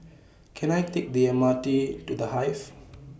Can I Take The M R T to The Hive